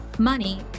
money